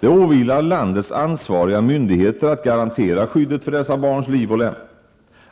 Det åvilar landets ansvariga myndigheter att garantera skyddet för dessa barns liv och lem.